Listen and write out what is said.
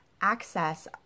access